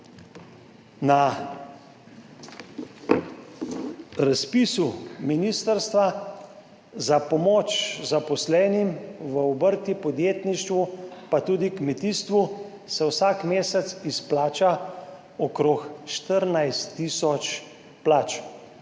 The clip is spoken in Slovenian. Na razpisu ministrstva za pomoč zaposlenim v obrti, podjetništvu, pa tudi kmetijstvu se vsak mesec izplača okrog 14 tisoč plač.